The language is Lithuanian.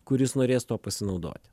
kuris norės tuo pasinaudoti